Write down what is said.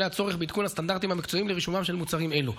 עלה צורך בעדכון הסטנדרטים המקצועיים לרישומם של מוצרים אלו.